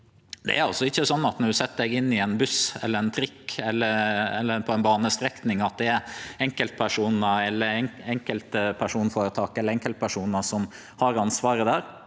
altså ikkje slik at når du set deg inn i ein buss, i ein trikk eller på ei banestrekning, er det enkeltpersonar eller enkeltpersonføretak som har ansvaret der.